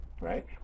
right